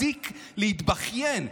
תפסיק להתבכיין.